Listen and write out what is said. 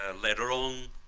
ah later on